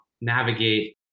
navigate